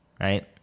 right